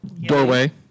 doorway